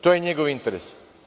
To je njegov interes.